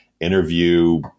interview